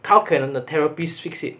how can the therapist fix it